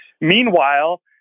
Meanwhile